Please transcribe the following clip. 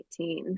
2018